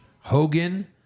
Hogan